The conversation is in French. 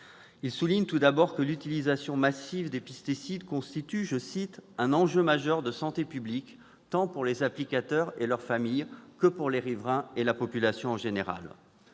souligne tout d'abord que l'utilisation massive des pesticides constitue « un enjeu majeur de santé publique tant pour les applicateurs et leurs familles que pour les riverains et la population en général ».